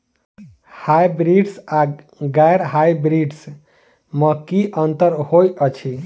Hybrids आ गैर hybrids बीज म की अंतर होइ अछि?